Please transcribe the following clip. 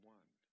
one